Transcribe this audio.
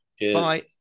Bye